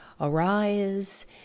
arise